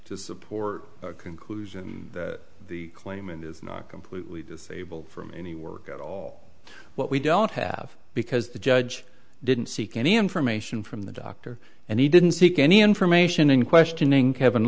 to support the conclusion that the claimant is not completely disabled from any work at all what we don't have because the judge didn't seek any information from the doctor and he didn't seek any information in questioning kevin